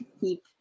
keep